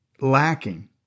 lacking